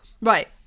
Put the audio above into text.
right